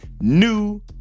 new